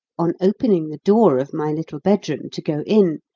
on opening the door of my little bedroom, to go in,